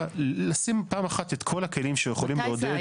לשים פעם אחת את כל הכלים שיכולים לעודד.